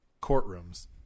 Courtrooms